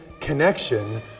connection